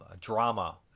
drama